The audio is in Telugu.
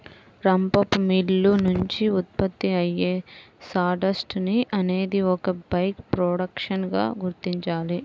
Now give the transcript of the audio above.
రంపపు మిల్లు నుంచి ఉత్పత్తి అయ్యే సాడస్ట్ ని అనేది ఒక బై ప్రొడక్ట్ గా గుర్తించాలి